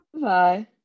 bye